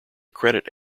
credit